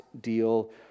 deal